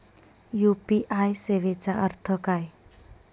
UPI सेवेचा अर्थ काय?